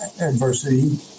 adversity